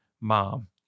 mom